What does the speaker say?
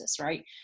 right